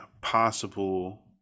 possible